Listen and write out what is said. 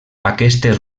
aquestes